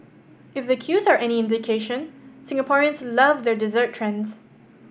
if the queues are any indication Singaporeans love their dessert trends